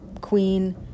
queen